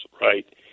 right